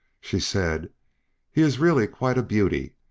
she said he is really quite a beauty,